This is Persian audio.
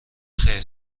خیر